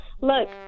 look